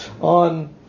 on